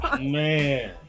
Man